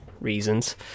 reasons